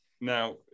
now